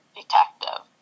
detective